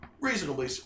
reasonably